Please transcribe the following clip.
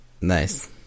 nice